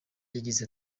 yagize